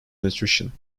nutrition